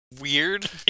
weird